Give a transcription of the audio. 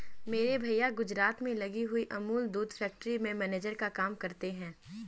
मेरे भैया गुजरात में लगी हुई अमूल दूध फैक्ट्री में मैनेजर का काम करते हैं